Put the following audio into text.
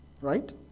Right